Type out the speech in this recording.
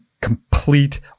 complete